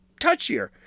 touchier